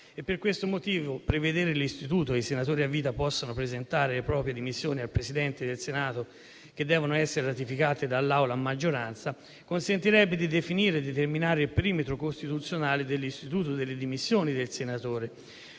per questo motivo prevedere che i senatori a vita possano presentare le proprie dimissioni al Presidente del Senato, che devono essere ratificate dall'Assemblea a maggioranza, consentirebbe di definire e determinare il perimetro costituzionale dell'istituto delle dimissioni del senatore,